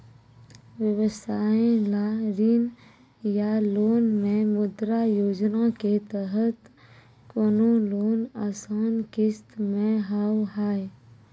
व्यवसाय ला ऋण या लोन मे मुद्रा योजना के तहत कोनो लोन आसान किस्त मे हाव हाय?